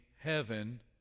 heaven